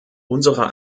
unserer